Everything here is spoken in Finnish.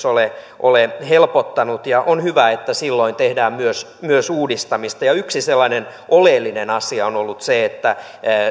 ole ole helpottanut ja on hyvä että silloin tehdään myös myös uudistamista yksi sellainen oleellinen asia on ollut se että